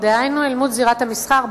דהיינו אל מול זירת המסחר,